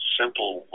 simple